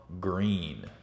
Green